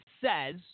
says